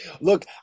Look